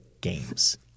games